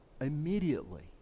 Immediately